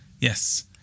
Yes